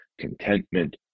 contentment